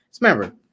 Remember